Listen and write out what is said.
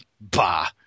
bah